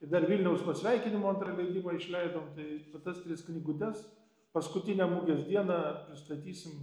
ir dar vilniaus pasveikinimo antrą leidimą išleidom tai va tas tris knygutes paskutinę mugės dieną pristatysim